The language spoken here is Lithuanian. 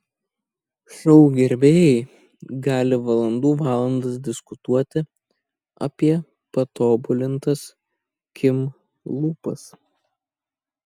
šou gerbėjai gali valandų valandas diskutuoti apie patobulintas kim lūpas